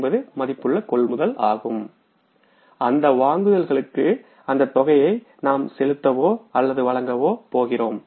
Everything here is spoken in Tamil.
35450 மதிப்புள்ள கொள்முதல் ஆகும் அந்த வாங்குதல்களுக்கு அந்த தொகையை நாம் செலுத்தவோ அல்லது வழங்கவோ போகிறோம்